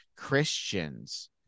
Christians